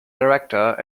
director